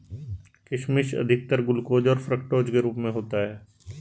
किशमिश अधिकतर ग्लूकोस और फ़्रूक्टोस के रूप में होता है